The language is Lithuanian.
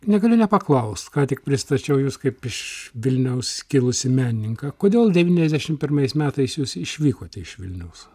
negaliu nepaklaust ką tik pristačiau jus kaip iš vilniaus kilusį menininką kodėl devyniasdešim pirmais metais jūs išvykote iš vilniaus